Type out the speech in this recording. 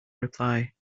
reply